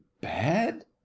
bad